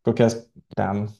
tokias ten